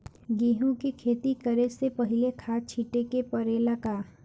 गेहू के खेती करे से पहिले खाद छिटे के परेला का?